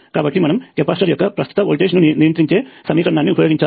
కాబట్టి మనము కెపాసిటర్ యొక్క ప్రస్తుత వోల్టేజ్ను నియంత్రించే సమీకరణాన్ని ఉపయోగించాలి